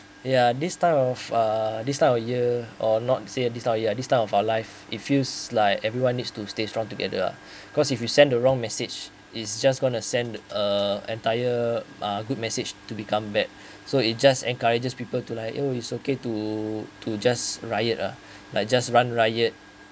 ya this type of uh this type of year or not say this type of year this type of our life it feels like everyone needs to stay strong together uh cause if you sent the wrong message is just gonna send uh entire uh good message to become bad so it just encourages people to like you is okay to to just riot uh like just run riot